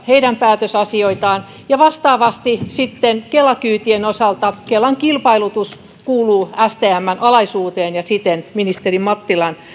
heidän päätösasioitaan vastaavasti kela kyytien osalta kelan kilpailutus kuuluu stmn alaisuuteen ja siten ministeri mattilan